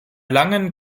langen